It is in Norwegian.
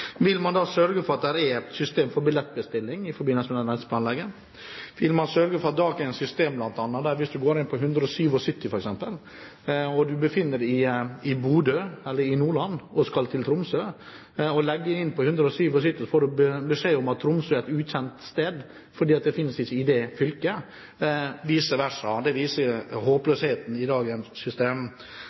Vil man da sørge for at det er et system for billettbestilling i forbindelse med denne reiseplanleggeren? Vil man sørge for at dagens system blir bedre? Hvis du befinner deg i Bodø i Nordland og skal til Tromsø, og legger det inn i 177, får du beskjed om at Tromsø er et ukjent sted fordi det ikke finnes i det fylket, og vice versa. Det viser håpløsheten i dagens system.